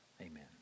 amen